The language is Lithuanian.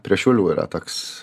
prie šiaulių yra toks